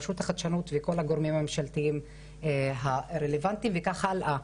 רשות החדשנות וכל הגורמים הממשלתיים הרלוונטיים וכך הלאה.